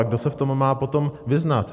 Kdo se v tom má potom vyznat?